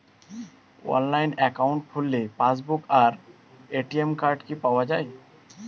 Online account খুললে passbook আর ATM card কি পাওয়া যায়?